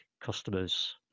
customers